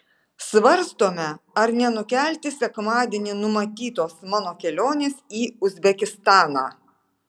svarstome ar nenukelti sekmadienį numatytos mano kelionės į uzbekistaną